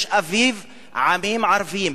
יש אביב עמים ערביים.